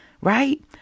Right